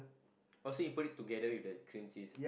oh so you put it together with the cream cheese